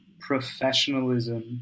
professionalism